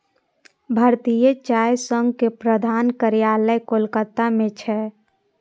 भारतीय चाय संघ के प्रधान कार्यालय कोलकाता मे छै